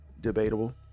Debatable